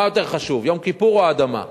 מה יותר חשוב, יום כיפור או אדמה?